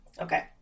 Okay